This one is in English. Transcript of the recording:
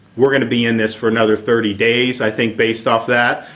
we're going to be in this for another thirty days. i think based off that.